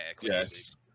Yes